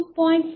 2